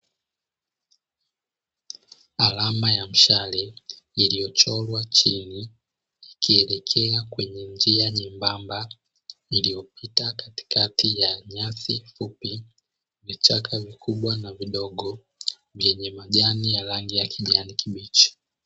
Alama ya mshale iliochorwa chini, ikielekea kwenye njia nyembamba iliyopita katikati ya nyasi fupi, vichaka vikubwa na vidogo, vyenye majani ya rangi ya kijani kibichi.